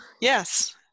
Yes